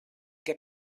què